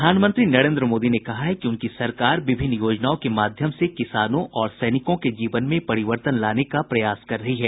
प्रधानमंत्री नरेन्द्र मोदी ने कहा है कि उनकी सरकार विभिन्न योजनाओं के माध्यम से किसानों और सैनिकों के जीवन में परिवर्तन लाने का प्रयास कर रही है